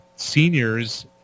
seniors